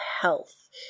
health